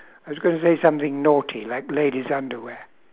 I was gonna say something naughty like ladies' underwear